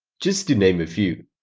just to name a few.